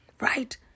Right